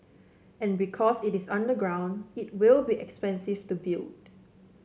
and because it is underground it will be expensive to build